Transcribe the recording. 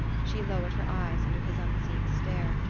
she lowered her eyes under his unseeing stare,